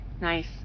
Nice